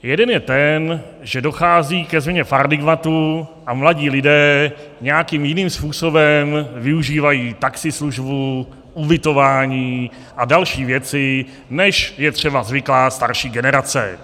Jeden je ten, že dochází ke změně paradigmatu a mladí lidé nějakým jiným způsobem využívají taxislužbu, ubytování a další věci, než je třeba zvyklá starší generace.